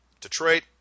Detroit